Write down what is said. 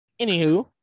Anywho